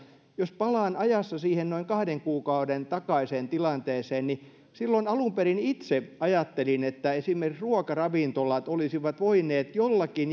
jos palaan ajassa siihen noin kahden kuukauden takaiseen tilanteeseen niin silloin alun perin itse ajattelin että esimerkiksi ruokaravintolat olisivat voineet jollakin